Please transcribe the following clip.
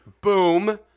Boom